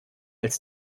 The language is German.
als